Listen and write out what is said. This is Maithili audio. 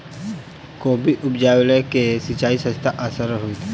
कोबी उपजाबे लेल केँ सिंचाई सस्ता आ सरल हेतइ?